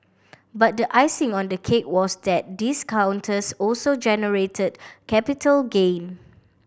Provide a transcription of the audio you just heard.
but the icing on the cake was that these counters also generated capital gain